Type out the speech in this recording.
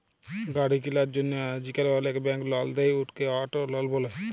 গাড়ি কিলার জ্যনহে আইজকাল অলেক ব্যাংক লল দেই, উটকে অট লল ব্যলে